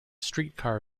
streetcar